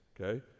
okay